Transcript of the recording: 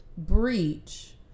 breach